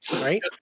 right